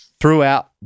Throughout